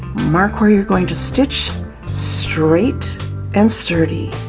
mark where you're going to stitch straight and sturdy